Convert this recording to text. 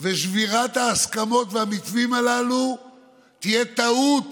ושבירת ההסכמות והמתווים הללו תהיה טעות